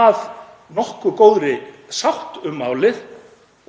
að nokkuð góðri sátt um málið